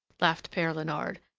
laughed pere leonard,